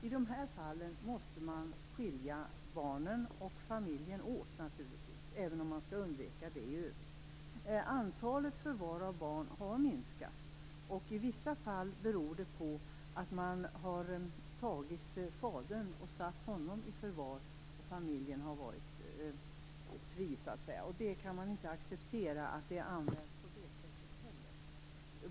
I de här fallen måste man naturligtvis skilja barnen och familjen åt, även om man skall undvika det i övrigt. Antalet förvar av barn har minskat. I vissa fall beror det på att man har tagit fadern och satt honom i förvar. Familjen har varit fri, så att säga. Men man kan inte acceptera att det här används på det sättet heller.